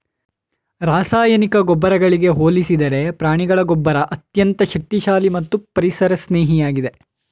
ರಾಸಾಯನಿಕ ಗೊಬ್ಬರಗಳಿಗೆ ಹೋಲಿಸಿದರೆ ಪ್ರಾಣಿಗಳ ಗೊಬ್ಬರ ಅತ್ಯಂತ ಶಕ್ತಿಶಾಲಿ ಮತ್ತು ಪರಿಸರ ಸ್ನೇಹಿಯಾಗಿದೆ